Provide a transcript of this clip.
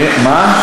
בז"ן או, מה?